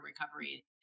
recovery